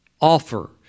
offer